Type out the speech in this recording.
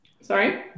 Sorry